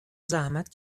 زحمت